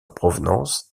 provenance